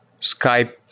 Skype